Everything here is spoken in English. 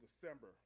December